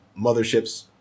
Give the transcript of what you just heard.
motherships